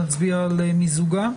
נצביע על מיזוגה?